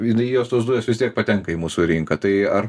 jinai jos tos dujos vis tiek patenka į mūsų rinką tai ar